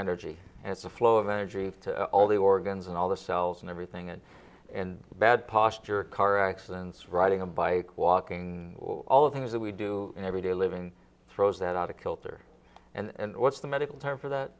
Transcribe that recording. energy and it's a flow of energy all the organs and all the cells and everything and and bad posture car accidents riding a bike walking all of things that we do everyday living throws that out of kilter and what's the medical term for that